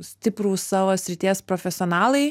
stiprūs savo srities profesionalai